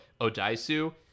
Odaisu